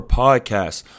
podcast